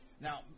Now